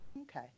Okay